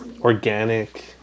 organic